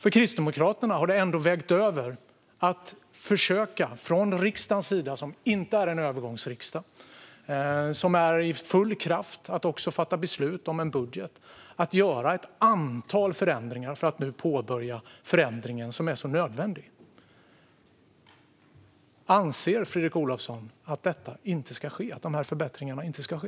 För Kristdemokraterna har det ändå vägt över att från riksdagens sida - och detta är ingen övergångsriksdag, utan den är i full kraft att också fatta beslut om en budget - försöka göra ett antal förändringar för att nu påbörja den förändring som är så nödvändig. Anser Fredrik Olovsson att dessa förbättringar inte ska ske?